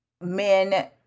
men